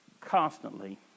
constantly